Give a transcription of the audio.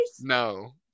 No